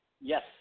Yes